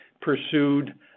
pursued